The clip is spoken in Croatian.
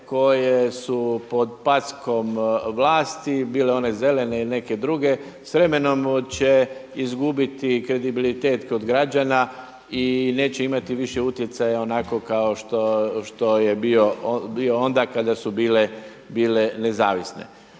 koje su pod packom vlasti bile one zelene ili neke druge s vremenom će izgubiti kredibilitet kod građana i neće imati više utjecaja onako kao što je bilo onda kada su bile nezavisne.